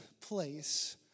place